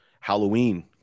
Halloween